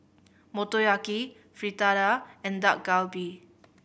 Motoyaki Fritada and Dak Galbi